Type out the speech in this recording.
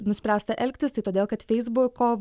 nuspręsta elgtis tai todėl kad feisbuko